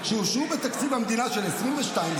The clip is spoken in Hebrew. שאושרו בתקציב המדינה של 2022,